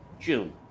June